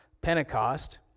Pentecost